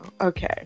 okay